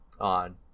on